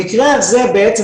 במקרה הזה בעצם,